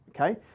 okay